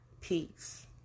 peace